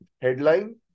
headline